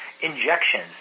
injections